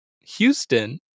houston